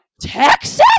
Texas